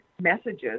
messages